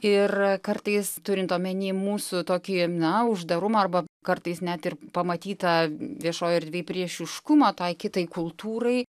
ir kartais turint omeny mūsų tokį na uždarumą arba kartais net ir pamatytą viešoj erdvėj priešiškumą tai kitai kultūrai